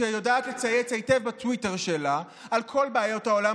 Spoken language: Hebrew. שיודעת לצייץ היטב בטוויטר שלה על כל בעיות העולם,